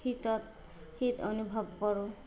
শীতত শীত অনুভৱ কৰোঁ